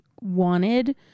wanted